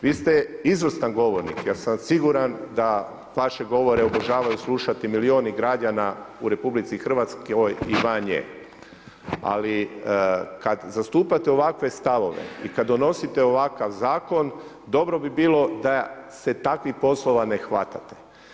Vi ste izvrstan govornik, ja sam siguran da vaše govore obožavaju slušati milijuni građana u RH i van nje ali kad zastupate ovakve stavove i kad donosite ovakav zakon, dobro bi bilo da se takvih poslova ne hvatate.